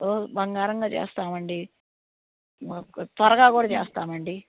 ఓ బంగారంగా చేస్తాం అండి మాకు త్వరగా కూడా చేస్తాం అండి